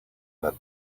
that